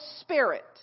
Spirit